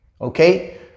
okay